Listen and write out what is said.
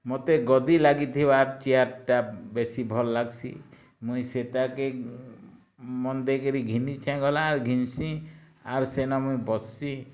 ମୋତେ ଗଦି ଲାଗିଥିବାର୍ ଚିୟାର୍ଟା ବେଶୀ ଭଲ୍ ଲାଗ୍ସି ମୁଇଁ ସେତାକେ ମନ୍ ଦେଇକିରି ଘିନିଛେଁ ଗଲା ଆର୍ ଘିନ୍ସିଁ ଆର୍ ସେନ ମୁଇଁ ବସ୍ସିଁ